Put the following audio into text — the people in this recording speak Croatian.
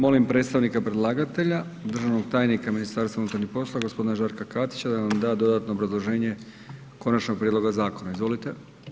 Molim predstavnika predlagatelja državnog tajnika MUP-a gospodina Žarka Katića da nam da dodatno obrazloženje konačnog prijedloga zakona izvolite.